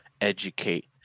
educate